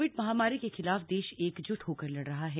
Covid महामारी के खिलाफ देश एकज्ट होकर लड़ रहा है